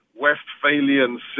westphalian